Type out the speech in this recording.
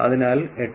അതിനാൽ 8